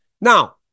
Now